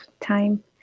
time